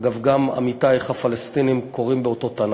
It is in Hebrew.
אגב, גם עמיתייך הפלסטינים קוראים באותו תנ"ך,